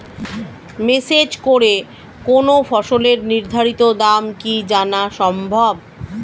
Message করে কোন ফসলের নির্ধারিত দাম কি জানা সম্ভব?